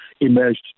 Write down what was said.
emerged